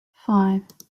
five